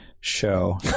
show